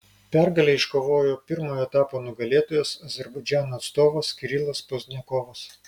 pergalę iškovojo pirmo etapo nugalėtojas azerbaidžano atstovas kirilas pozdniakovas